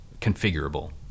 configurable